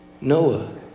Noah